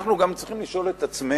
אנחנו גם צריכים לשאול את עצמנו,